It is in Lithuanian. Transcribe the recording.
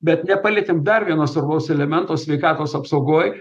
bet nepalietėm dar vieno svarbaus elemento sveikatos apsaugoj